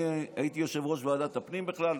הייתי יושב-ראש ועדת הפנים בכלל,